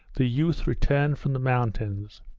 the youth returned from the mountains.